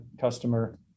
customer